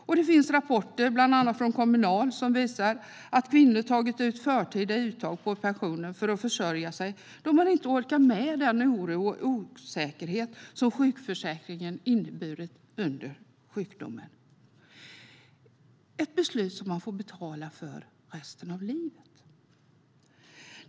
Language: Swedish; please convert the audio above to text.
Och det finns rapporter, bland annat från Kommunal, som visar att kvinnor gjort förtida uttag av pensionen för att försörja sig, då de inte orkar med den oro och osäkerhet som sjukförsäkringen inneburit under sjukdomstiden - ett beslut som man får betala för resten av livet.